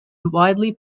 widely